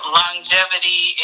longevity